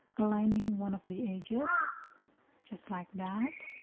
aligning one of the edges just like that